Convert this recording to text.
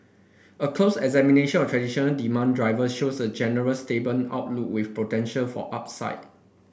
a closer examination of traditional demand driver shows a generally stable outlook with potential for upside